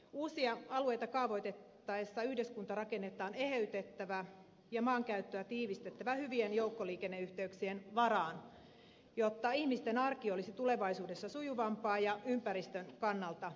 uusia alueita kaavoitettaessa yhdyskuntarakennetta on eheytettävä ja maankäyttöä tiivistettävä hyvien joukkoliikenneyhteyksien varteen jotta ihmisten arki olisi tulevaisuudessa sujuvampaa ja ympäristön kannalta fiksumpaa